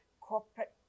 corporate